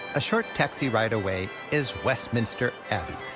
a short taxi ride away is westminster abbey.